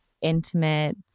intimate